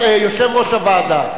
יושב-ראש הוועדה,